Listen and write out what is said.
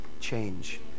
change